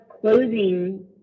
closing